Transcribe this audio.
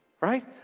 right